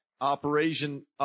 Operation